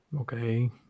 okay